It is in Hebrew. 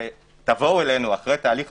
ותבואו אלינו אחריו,